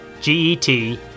G-E-T